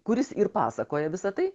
kuris ir pasakoja visa tai